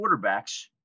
quarterbacks